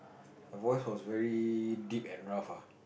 the voice was very deep and rough ah